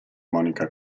monica